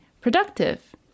productive